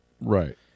Right